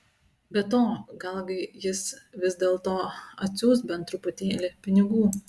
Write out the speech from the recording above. be to galgi jis vis dėlto atsiųs bent truputėlį pinigų